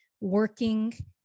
Working